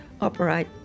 operate